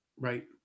Right